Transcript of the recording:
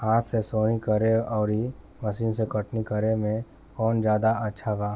हाथ से सोहनी करे आउर मशीन से कटनी करे मे कौन जादे अच्छा बा?